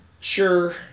Sure